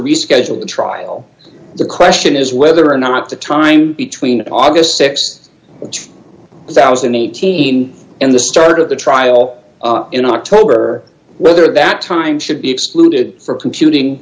reschedule the trial the question is whether or not the time between august th two thousand and eighteen and the start of the trial d in october whether that time should be excluded for computing